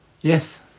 yes